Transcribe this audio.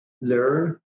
learn